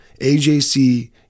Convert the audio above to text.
AJC